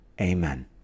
Amen